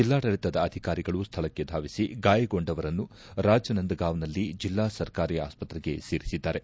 ಜಿಲ್ಲಾಡಳಿತದ ಅಧಿಕಾರಿಗಳು ಸ್ಥಳಕ್ಕೆ ಧಾವಿಸಿ ಗಾಯಗೊಂಡವರನ್ನು ರಾಜನಂದ್ಗಾವ್ನಲ್ಲಿ ಜಿಲ್ಲಾ ಸರ್ಕಾರಿ ಆಸ್ಪತ್ರೆಗೆ ಸೇರಿಸಿದ್ದಾರೆ